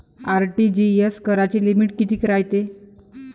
RTGS कराची limit कितीक रायते?